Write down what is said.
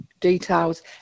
details